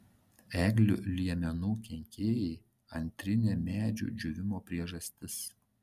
eglių liemenų kenkėjai antrinė medžių džiūvimo priežastis